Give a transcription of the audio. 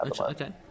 Okay